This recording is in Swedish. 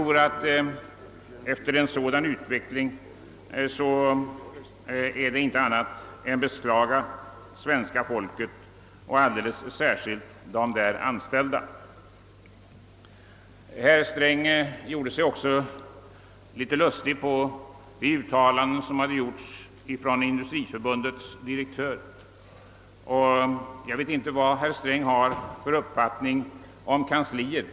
Efter en sådan utveckling tror jag inte att man kan annat än beklaga det svenska folket och då alldeles särskilt dem som är anställda i företagen. Herr Sträng gjorde sig också litet lustig över de uttalanden som hade gjorts av Industriförbundets direktör. Jag vet inte vad herr Sträng har för uppfattning om kansliet.